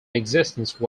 existence